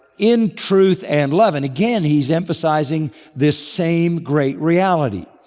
in truth and love. and again he's emphasizing this same great reality.